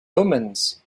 omens